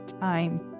time